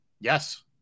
Yes